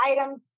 items